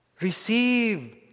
Receive